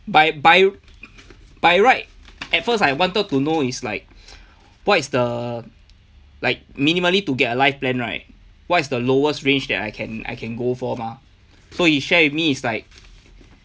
by by by right at first I wanted to know it's like what is the like minimally to get a life plan right what is the lowest range that I can I can go for mah so he share with me it's like